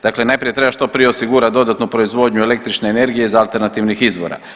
Dakle, najprije treba što prije osigurati dodatnu proizvodnju električne energije iz alternativnih izvora.